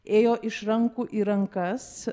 ėjo iš rankų į rankas